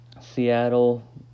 Seattle